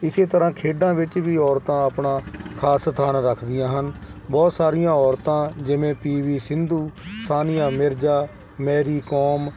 ਇਸ ਤਰ੍ਹਾਂ ਖੇਡਾਂ ਵਿੱਚ ਵੀ ਔਰਤਾਂ ਆਪਣਾ ਖਾਸ ਸਥਾਨ ਰੱਖਦੀਆਂ ਹਨ ਬਹੁਤ ਸਾਰੀਆਂ ਔਰਤਾਂ ਜਿਵੇਂ ਪੀ ਵੀ ਸਿੰਧੂ ਸਾਨੀਆ ਮਿਰਜ਼ਾ ਮੈਰੀ ਕੌਮ